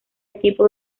equipo